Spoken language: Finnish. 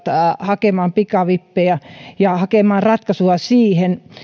hakemaan pikavippejä ja hakemaan ratkaisua siihen